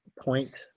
point